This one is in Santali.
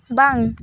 ᱵᱟᱝ